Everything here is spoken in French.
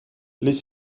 les